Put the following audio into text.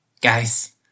guys